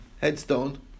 headstone